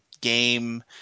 game